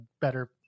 better